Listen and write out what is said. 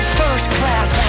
first-class